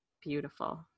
Beautiful